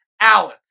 Allen